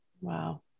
Wow